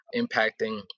impacting